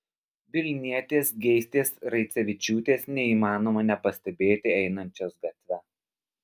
vilnietės geistės raicevičiūtės neįmanoma nepastebėti einančios gatve